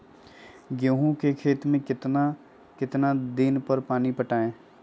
गेंहू के खेत मे कितना कितना दिन पर पानी पटाये?